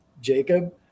Jacob